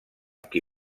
qui